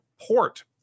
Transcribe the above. port